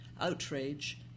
outrage